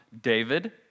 David